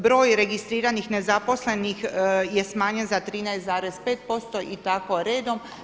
Broj registriranih nezaposlenih je smanjen za 13,5% i tako redom.